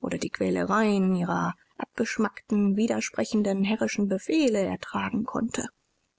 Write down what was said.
oder die quälereien ihrer abgeschmackten widersprechenden herrischen befehle ertragen konnte